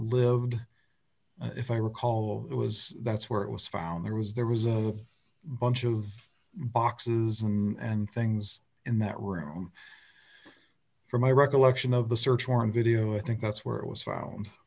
lived if i recall it was that's where it was found there was there was a bunch of boxes and things in that room for my recollection of the search warrant video i think that's where it was found